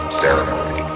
ceremony